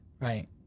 Right